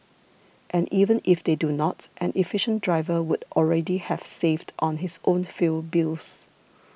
and even if they do not an efficient driver would already have saved on his own fuel bills